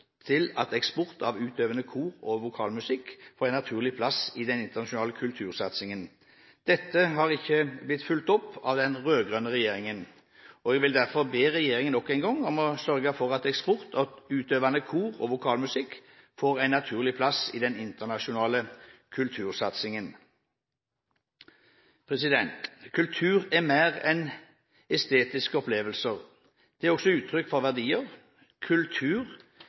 til at eksport av utøvende kor- og vokalmusikk får en naturlig plass i den internasjonale kultursatsingen. Dette har ikke blitt fulgt opp av den rød-grønne regjeringen. Jeg vil derfor be regjeringen nok en gang om å sørge for at eksport av utøvende kor- og vokalmusikk får en naturlig plass i den internasjonale kultursatsingen. Kultur er mer enn estetiske opplevelser. Den er også uttrykk for verdier. Kultur